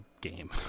game